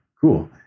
Cool